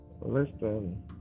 Listen